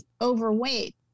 overweight